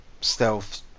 stealth